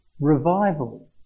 revival